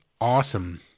awesome